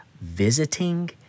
visiting